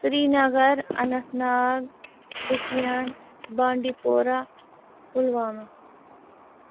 Srinagar Anantnag Shopian Bandipora Pulwama